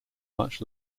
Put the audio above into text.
much